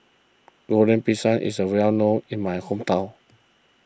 Goreng Pisang is a well known in my hometown